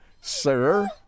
sir